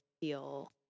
feel